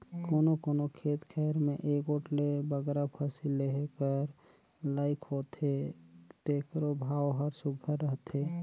कोनो कोनो खेत खाएर में एगोट ले बगरा फसिल लेहे कर लाइक होथे तेकरो भाव हर सुग्घर रहथे